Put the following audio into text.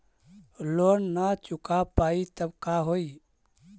Loan न चुका पाई तब का होई?